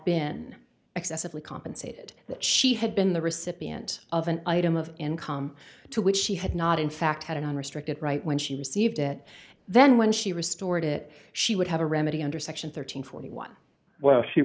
been excessively compensated that she had been the recipient of an item of income to which she had not in fact had an unrestricted right when she received it then when she restored it she would have a remedy under section thirteen forty one well she